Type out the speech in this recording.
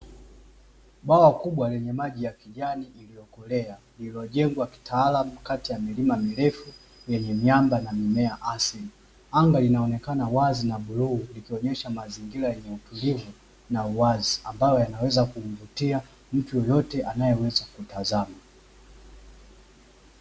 Bwawa kubwa lenye maji ya kijani iliyokolea lililojengwa kitaalamu kati ya milima mirefu yenye miamba na mimea asili, anga linaonekana wazi na bluu ikionyesha mazingira yenye utulivu na uwazi ambayo yanaweza kumvutia mtu yeyote anayeweza kutazama.